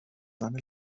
seine